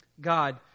God